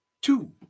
Two